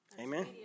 Amen